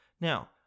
Now